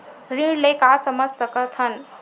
ऋण ले का समझ सकत हन?